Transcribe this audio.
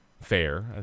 Fair